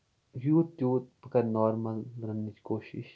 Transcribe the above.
یوٗت توٗت بہٕ کرٕ نارمَل رننٕچ کوٗشِش